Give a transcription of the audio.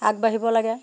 আগবাঢ়িব লাগে